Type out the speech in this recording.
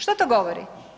Što to govori?